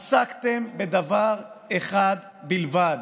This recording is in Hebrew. עסקתם בדבר אחד בלבד,